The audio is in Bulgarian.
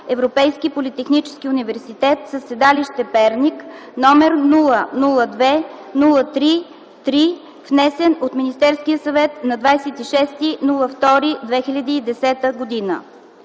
Европейски политехнически университет със седалище Перник, № 002-03-3, внесен от Министерския съвет на 26 февруари